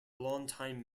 longtime